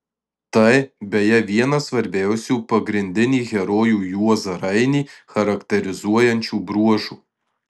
tai beje vienas svarbiausių pagrindinį herojų juozą rainį charakterizuojančių bruožų